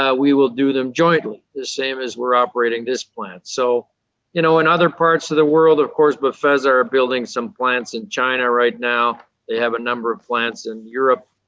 ah we will do them jointly, the same as we're operating this plant. so you know in other parts of the world, of course, befesa are building some plants in china right now they have a number of plants in europe.